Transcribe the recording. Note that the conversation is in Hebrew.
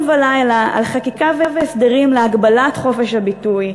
ולילה על חקיקה והסדרים להגבלת חופש הביטוי,